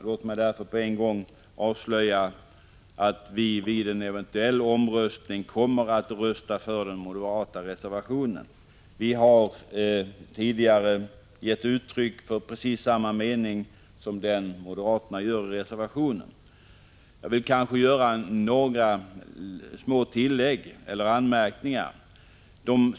Låt mig därför på en gång avslöja att vi vid en eventuell omröstning kommer att rösta för den moderata reservationen 4. Vi har tidigare gett uttryck för precis samma mening som den som moderaterna ger uttryck för i reservationen. Jag vill göra några små anmärkningar.